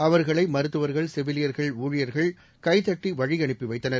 அவர்களை மருத்துவர்கள் செவிலியர்கள் ஊழியர்கள் கைத்தட்டி வழியனுப்பி வைத்தனர்